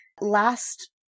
Last